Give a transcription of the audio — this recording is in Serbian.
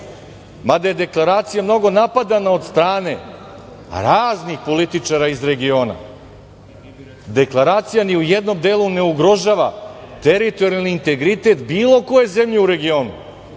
mada je deklaracija mnogo napadana od strane raznih političara iz regiona, deklaracija ni u jednom delu ne ugrožava teritorijalni integritet bilo koje zemlje u regionu